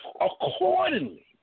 Accordingly